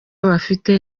bafite